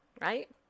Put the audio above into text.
right